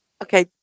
Okay